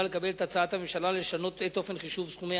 לקבל את הצעת הממשלה לשנות את אופן חישוב סכומי